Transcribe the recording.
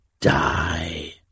die